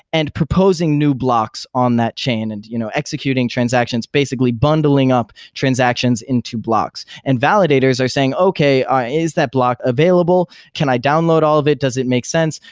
and proposing new blocks on that chain and you know executing transactions, basically, bundling up transactions into blocks, and validator's are saying, okay. is that block available? can i download all of it? does it make sense?